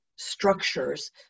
structures